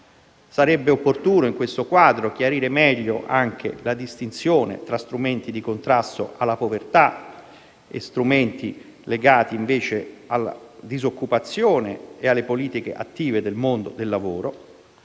Sarebbe opportuno, in questo quadro, chiarire meglio la distinzione tra strumenti di contrasto alla povertà e strumenti legati invece alla disoccupazione e alle politiche attive del mondo del lavoro.